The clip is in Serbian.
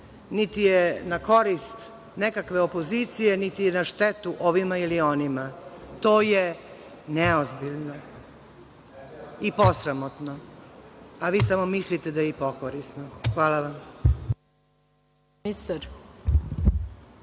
niti je na korist nekakve opozicije, niti na štetu ovima ili onima. To je neozbiljno i posramotno, a vi samo mislite da je i pokorisno. Hvala vam.